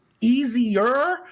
easier